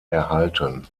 erhalten